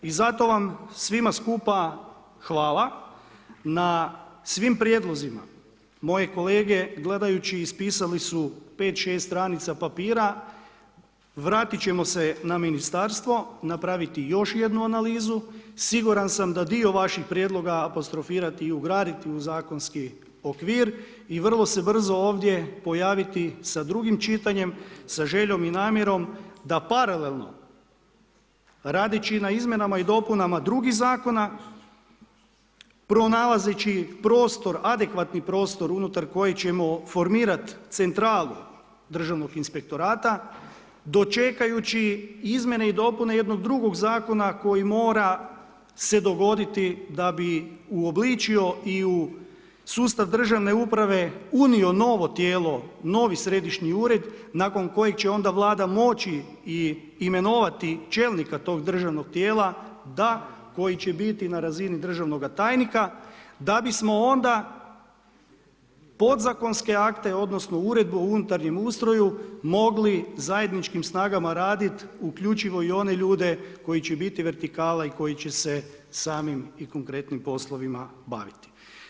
I zato vam svima skupa hvala na svim prijedlozima moje kolege gledajući ispisali su 5, 6 stranica papira, vratit ćemo se na ministarstvo, napraviti još jednu analizu, siguran sam da dio vaših prijedloga apostrofirati i ugraditi u zakonski okvir i vrlo se brzo ovdje pojaviti sa drugim čitanjem, sa željom i namjerom da paralelno radeći na izmjenama i dopunama drugih zakona, pronalazeći prostor, adekvatni prostor unutar kojeg ćemo formirat centralu Državnog inspektorata, do čekajući izmjene i dopune jednog drugog zakona koji mora se dogoditi da bi uobličio i u sustav državne uprave unio novo tijelo, novi središnji ured nakon kojeg će onda Vlada moći i imenovati čelnika tog državnog tijela, da koji će biti na razini državnog tajnika, da bismo onda podzakonske akte odnosno Uredbu o unutarnjem ustroju, mogli zajedničkim snagama raditi uključivo i one ljude koji će biti vertikala i koji će se samim i konkretnim poslovima baviti.